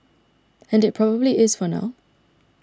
and it probably is for now